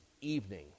evening